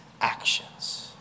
actions